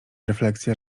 refleksja